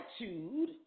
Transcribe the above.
attitude